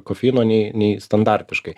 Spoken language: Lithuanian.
kofeino nei nei standartiškai